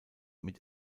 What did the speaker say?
mit